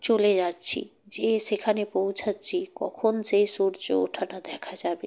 চলে যাচ্ছি যেয়ে সেখানে পৌঁছাচ্ছি কখন সে সূর্য ওঠাটা দেখা যাবে